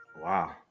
Wow